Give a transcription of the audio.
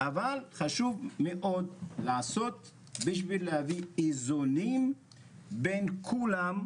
אבל חשוב מאוד לעשות בשביל להביא איזונים בין כולם.